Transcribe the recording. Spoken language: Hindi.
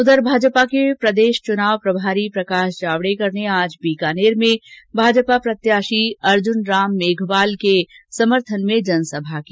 उधर भाजपा के प्रदेश चुनाव प्रभारी प्रकाश जावडेकर ने आज बीकानेर में भाजपा प्रत्याशी अर्जुन राम मेघवाल के समर्थन में जनसभा की